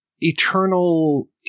eternal